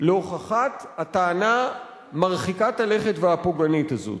להוכחת הטענה מרחיקת הלכת והפוגענית הזאת.